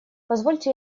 позвольте